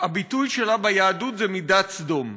הביטוי שלה ביהדות זה "מידת סדום".